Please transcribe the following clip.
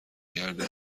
گردی